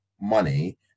money